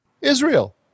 Israel